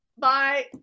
Bye